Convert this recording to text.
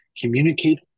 communicate